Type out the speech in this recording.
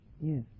Yes